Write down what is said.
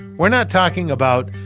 we're not talking about,